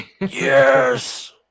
yes